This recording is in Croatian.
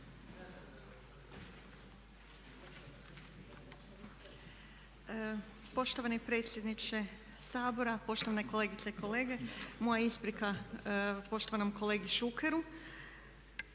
Poštovani predsjedniče Sabora, poštovane kolegice i kolege. Moja je isprika poštovanom kolegi Šukeru.